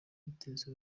biteza